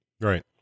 Right